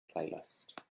playlist